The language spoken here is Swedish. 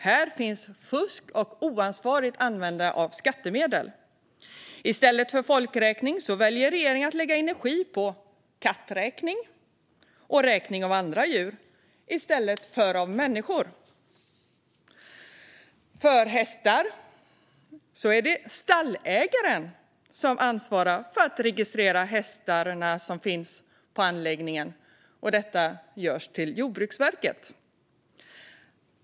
Här finns fusk och oansvarigt användande av skattemedel, men regeringen väljer att lägga energi på katträkning och räkning av andra djur i stället för på räkning av människor. När det gäller hästar är det stallägaren som ansvarar för att registrera de hästar som finns på anläggningen. Detta görs till Jordbruksverket.